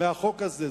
מהחוק הזה.